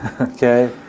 okay